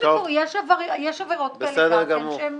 יש עבירות כאלה שהן